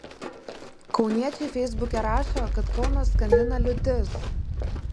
kauniečiai feisbuke rašo kad kauną skandina liūtis